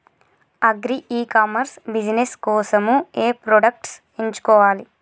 Agri e commerce business కోసము ఏ products ఎంచుకోవాలి?